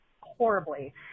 horribly